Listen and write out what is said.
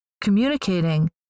communicating